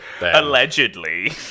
Allegedly